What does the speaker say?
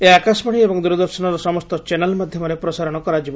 ଏହା ଆକାଶବାଣୀ ଏବଂ ଦୂରଦର୍ଶନର ସମସ୍ତ ଚ୍ୟାନେଲ୍ ମାଧ୍ୟମରେ ପ୍ରସାରଣ କରାଯିବ